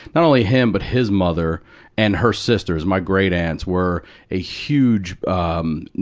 not only him, but his mother and her sisters my great-aunts were a huge, um,